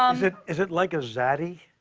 um it is it like a zaddy?